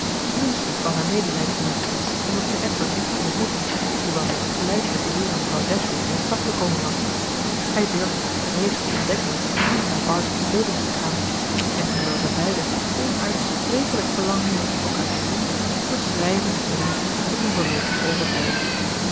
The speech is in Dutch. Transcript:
lucy kwam haar medelijden inroepen omdat zij edward niet kon ontmoeten hoewel hij tegelijk met den heer en mevrouw dashwood in de stad gekomen was hij durfde uit vrees voor ontdekking niet naar bartlett's buildings gaan en hoewel zij beiden onuitsprekelijk verlangden elkaar te zien was schrijven het eenige dat hun voorloopig overbleef